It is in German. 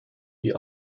die